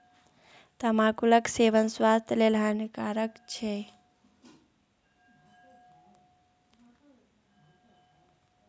तमाकुलक सेवन स्वास्थ्य लेल हानिकारक छै